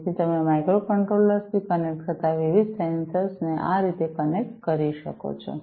તેથી તમે માઇક્રોકન્ટ્રોલર્સ થી કનેક્ટ થતા વિવિધ સેન્સર્સ ને આ રીતે કનેક્ટ કરો છો